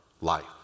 life